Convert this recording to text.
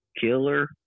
Killer